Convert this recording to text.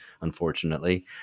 unfortunately